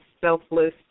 selfless